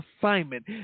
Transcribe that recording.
assignment